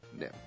No